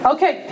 Okay